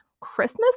Christmas